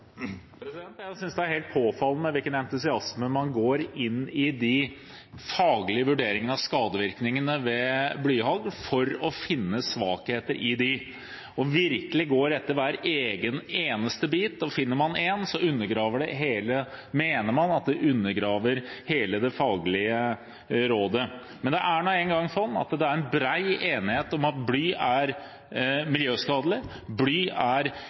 helt påfallende med hvilken entusiasme man går inn i de faglige vurderingene av skadevirkningene ved blyhagl for å finne svakheter i dem. Man går virkelig etter hver eneste bit, og finner man en, mener man at det undergraver hele det faglige rådet. Men det er nå engang sånn at det er en bred enighet om at bly er miljøskadelig. Bly er